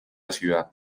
ciudad